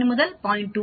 29 முதல் 0